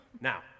Now